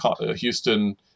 Houston